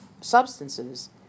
substances